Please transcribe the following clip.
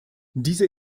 diese